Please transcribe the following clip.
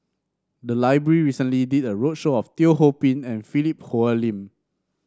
the library recently did a roadshow of Teo Ho Pin and Philip Hoalim